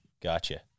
Gotcha